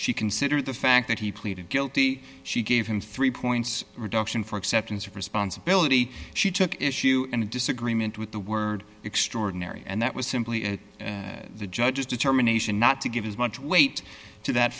she considered the fact that he pleaded guilty she gave him three points reduction for acceptance of responsibility she took issue and disagreement with the word extraordinary and that was simply the judge's determination not to give as much weight to that